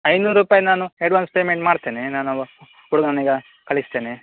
ಐನೂರು ರೂಪಾಯಿ ನಾನು ಆ್ಯಡ್ವಾನ್ಸ್ ಪೇಮೆಂಟ್ ಮಾಡ್ತೇನೆ ನಾನು ಹುಡುಗನಿಗೆ ಕಳಿಸ್ತೇನೆ